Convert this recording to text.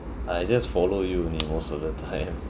I just follow you only most of the time